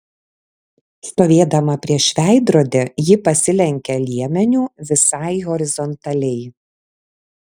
stovėdama prieš veidrodį ji pasilenkė liemeniu visai horizontaliai